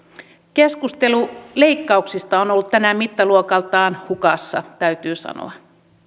keskustelu leikkauksista on ollut tänään mittaluokaltaan hukassa täytyy sanoa